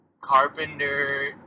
Carpenter